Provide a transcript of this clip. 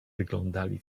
wyglądali